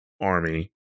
army